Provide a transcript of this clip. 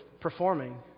performing